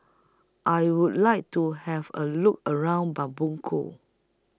I Would like to Have A Look around Bamako